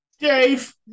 Dave